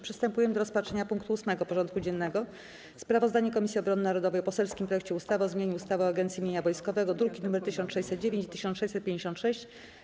Przystępujemy do rozpatrzenia punktu 8. porządku dziennego: Sprawozdanie Komisji Obrony Narodowej o poselskim projekcie ustawy o zmianie ustawy o Agencji Mienia Wojskowego (druki nr 1609 i 1656)